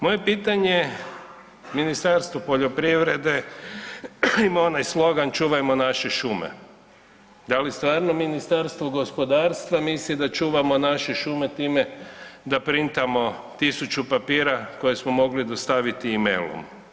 Moje pitanje Ministarstvu poljoprivrede, ima onaj slogan „Čuvajmo naše šume“, da li stvarno Ministarstvo gospodarstva misli da čuvamo naše šume time da printamo 1000 papira koje smo mogli dostaviti e-mailom?